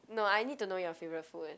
no I need to know your favorite food